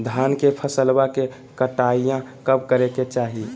धान के फसलवा के कटाईया कब करे के चाही?